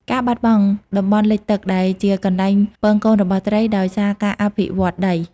ការបាត់បង់ តំបន់លិចទឹក ដែលជាកន្លែងពងកូនរបស់ត្រីដោយសារការអភិវឌ្ឍដី។